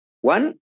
One